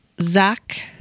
zach